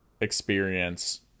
experience